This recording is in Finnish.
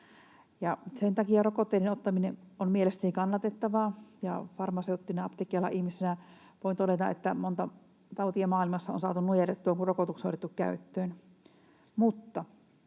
Sen takia rokotteiden ottaminen on mielestäni kannatettavaa, ja farmaseuttina, apteekkialan ihmisenä voin todeta, että monta tautia maailmassa on saatu nujerrettua, kun rokotukset on otettu käyttöön.